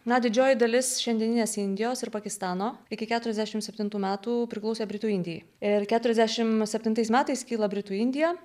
na didžioji dalis šiandieninės indijos ir pakistano iki keturiasdešim septintų metų priklausė britų indijai ir keturiasdešim septintais metais skyla britų indija